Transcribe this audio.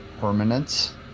permanence